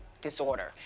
disorder